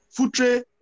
Futre